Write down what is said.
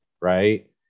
right